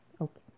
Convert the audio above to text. Okay